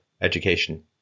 education